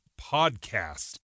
podcast